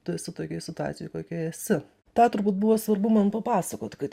tu esi tokioj situacijoj kokioj esi tą turbūt buvo svarbu man papasakot kad